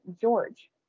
George